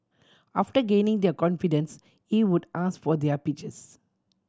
after gaining their confidence he would ask for their pictures